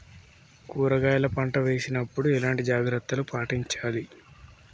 కూరగాయల పంట వేసినప్పుడు ఎలాంటి జాగ్రత్తలు పాటించాలి?